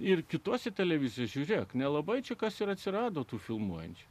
ir kitose televizijos žiūrėk nelabai čia kas ir atsirado tų filmuojančių